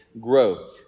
grow